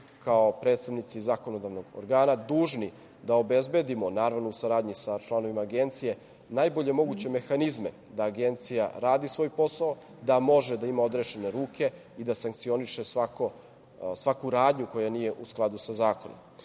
kao predstavnici zakonodavnog organa dužni da obezbedimo, naravno, u saradnji sa članovima Agencije, najbolje moguće mehanizme da Agencija radi svoj posao, da može da ima odrešene ruke i da sankcioniše svaku radnju koja nije u skladu sa zakonom. Takođe,